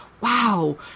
wow